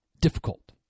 difficult